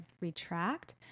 retract